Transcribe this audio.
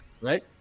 right